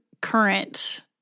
current